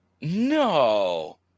No